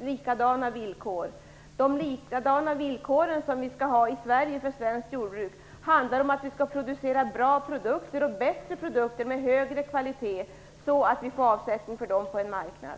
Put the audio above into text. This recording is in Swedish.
likadana villkor. Vi skall ha likadana villkor i Sverige för svenskt jordbruk i fråga om att vi skall producera bättre produkter med högre kvalitet så att vi får avsättning för dem på en marknad.